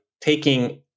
taking